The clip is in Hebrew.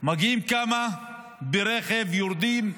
מגיעים כמה ברכב, יורדים,